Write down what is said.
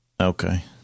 Okay